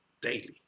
daily